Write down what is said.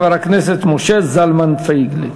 חבר הכנסת משה זלמן פייגלין.